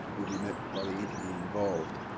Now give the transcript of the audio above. will be met by the entity involved.